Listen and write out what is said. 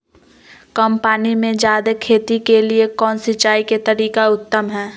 कम पानी में जयादे खेती के लिए कौन सिंचाई के तरीका उत्तम है?